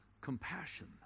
compassion